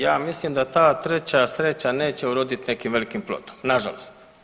Ja mislim da ta treća sreća neće uroditi nekim velikim plodom, na žalost.